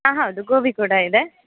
ಹಾಂ ಹೌದು ಗೋಬಿ ಕೂಡ ಇದೆ